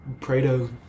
Prado